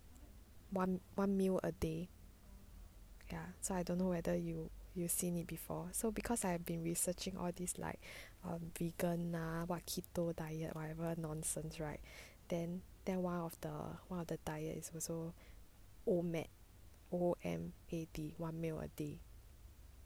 one one meal a day ya so I don't know whether you you've seen it before so because I have been researching all this like um vegan what keto diet whatever nonsense right then then one of the diet is also omad O M A D one meal a day